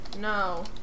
no